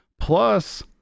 plus